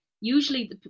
usually